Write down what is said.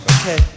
Okay